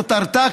כותרתה,